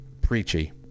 preachy